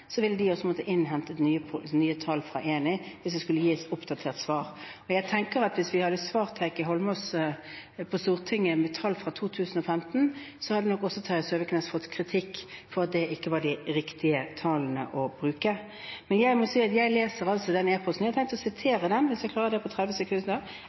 de også måttet innhente nye tall fra Eni hvis det skulle gis et oppdatert svar. Jeg tenker at hvis vi hadde svart Heikki Eidsvoll Holmås på Stortinget med tall fra 2015, hadde nok også Terje Søviknes fått kritikk for at det ikke var de riktige tallene å bruke. Men jeg har lest den e-posten, og jeg har tenkt å sitere den – hvis jeg klarer det på 30 sekunder.